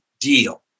deal